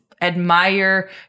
admire